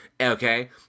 okay